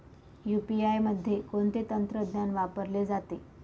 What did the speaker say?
UPI मध्ये कोणते तंत्रज्ञान वापरले जाते?